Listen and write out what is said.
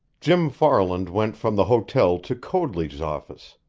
jim farland went from the hotel to coadley's office,